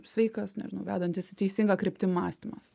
sveikas nežinau vedantis į teisingą kryptim mąstymas